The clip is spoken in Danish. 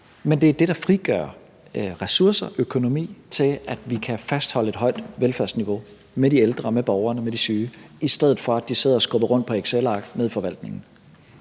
men det er det, der frigør ressourcer og økonomi til, at vi kan fastholde et højt velfærdsniveau for de ældre, borgerne generelt og de syge, i stedet for at man sidder og skubber rundt på excelark nede i forvaltningen.